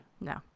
No